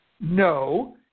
No